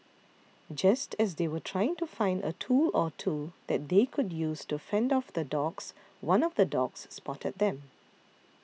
just as they were trying to find a tool or two that they could use to fend off the dogs one of the dogs spotted them